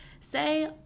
say